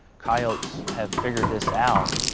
coyotes have figured this out.